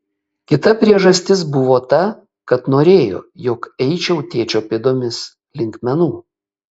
kita priežastis buvo ta kad norėjo jog eičiau tėčio pėdomis link menų